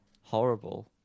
horrible